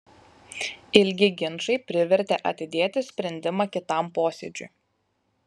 ilgi ginčai privertė atidėti sprendimą kitam posėdžiui